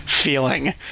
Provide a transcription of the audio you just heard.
feeling